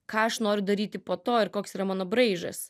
ką aš noriu daryti po to ir koks yra mano braižas